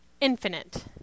infinite